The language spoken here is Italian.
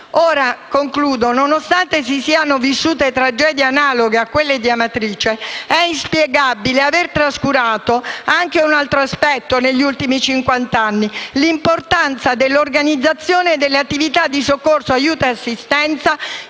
In conclusione, nonostante si siano vissute tragedie analoghe a quelle di Amatrice è inspiegabile aver trascurato anche un altro aspetto negli ultimi cinquant'anni: l'importanza dell'organizzazione delle attività di soccorso, aiuto e assistenza